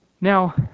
Now